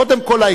קודם כול,